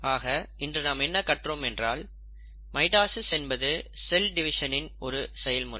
ஆக இன்று நாம் என்ன கற்றோம் என்றால் மைட்டாசிஸ் என்பது செல் டிவிஷனின் ஒரு செயல்முறை